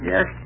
Yes